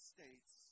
States